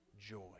joy